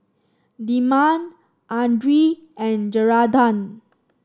Dilmah Andre and Geraldton